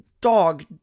dog